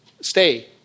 stay